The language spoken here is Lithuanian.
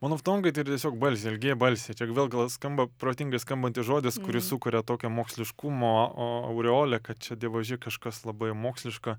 monoftongai tai yra tiesiog balsiai ilgieji balsiai čia vėl gal skamba protingai skambantis žodis kuris sukuria tokią moksliškumo o aureolę kad čia dievaži kažkas labai jau moksliška